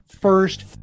first